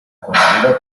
coneguda